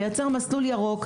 לייצר מסלול ירוק,